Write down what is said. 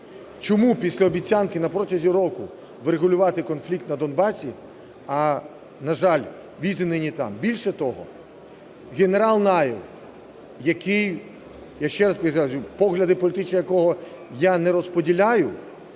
Чому після обіцянки на протязі року врегулювати конфлікт на Донбасі, а, на жаль, віз і нині там? Більше того, генерал Наєв, який, я ще раз підкреслюю, погляди політичні якого я не розподіляю,